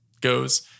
goes